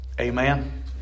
Amen